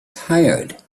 tired